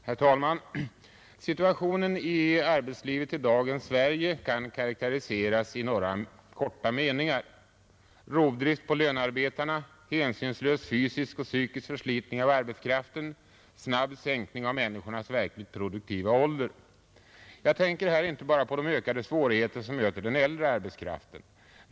Herr talman! Situationen i arbetslivet i dagens Sverige kan karakteriseras i några korta meningar: rovdrift på lönearbetarna, hänsynslös psykisk och fysisk förslitning av arbetskraften, snabb sänkning av människornas verkligt produktiva ålder. Jag tänker här inte bara på de ökade svårigheter som möter den äldre arbetskraften.